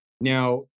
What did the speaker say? Now